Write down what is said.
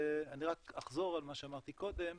אני רק אחזור על מה שאמרתי קודם,